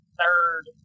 third